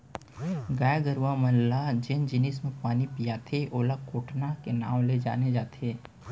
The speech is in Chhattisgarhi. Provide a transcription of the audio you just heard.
गाय गरूवा मन ल जेन जिनिस म पानी पियाथें ओला कोटना के नांव ले जाने जाथे